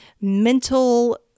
mental